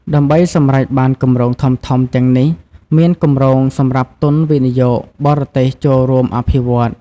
ដើម្បីសម្រេចបានគម្រោងធំៗទាំងនេះ មានគម្រោងសម្រាប់ទុនវិនិយោគបរទេសចូលរួមអភិវឌ្ឍន៍។